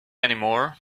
anymore